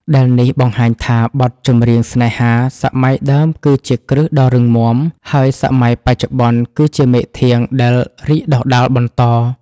ដែលនេះបង្ហាញថា បទចម្រៀង ស្នេហា សម័យដើមគឺជាគ្រឹះដ៏រឹងមាំ ហើយសម័យបច្ចុប្បន្នគឺជាមែកធាងដែលរីកដុះដាលបន្ត។